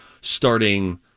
starting